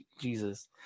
Jesus